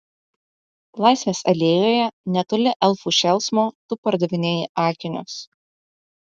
laisvės alėjoje netoli elfų šėlsmo tu pardavinėji akinius